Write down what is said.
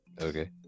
Okay